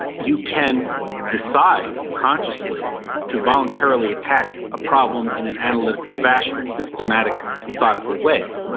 you can decide consciously to voluntarily attack a problem in an analytical fashion. a systematic, methodical way.